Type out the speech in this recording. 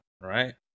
right